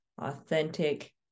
authentic